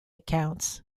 accounts